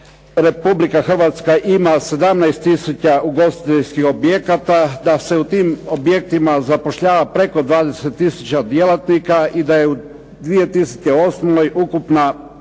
Republika Hrvatska ima 17 tisuća ugostiteljskih objekata, da se u tim objektima zapošljava preko 20 tisuća djelatnika i da je 2008. ukupan